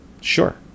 Sure